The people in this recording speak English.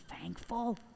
thankful